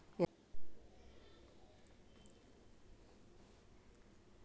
ಎರಡು ಸಾವಿರದ ಇಪ್ಪತ್ತರಲ್ಲಿ ಭಾರತವು ವಿಶ್ವ ಪೂರೈಕೆಯ ಶೇಕಡಾ ನಲುವತ್ತ ಮೂರರಷ್ಟು ಪಪ್ಪಾಯಿಯನ್ನ ಉತ್ಪಾದನೆ ಮಾಡಿದೆ